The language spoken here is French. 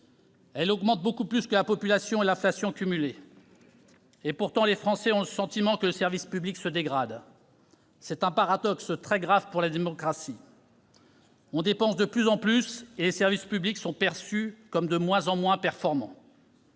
Elle augmente beaucoup plus que la population et l'inflation cumulées. Pourtant, les Français ont le sentiment que le service public se dégrade. C'est un paradoxe très grave pour la démocratie : on dépense de plus en plus et les services publics sont perçus comme de moins en moins performants.